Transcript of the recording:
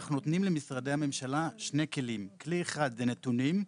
אנחנו נותנים למשרדי הממשלה שני כלים: כלי אחד זה נתונים,